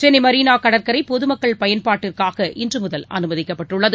சென்னை மெரினா கடற்கரை பொதுமக்கள் பயன்பாட்டிற்காக இன்று முதல் அனுமதிக்கப்பட்டுள்ளது